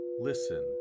listen